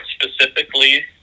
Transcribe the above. specifically